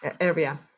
area